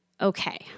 Okay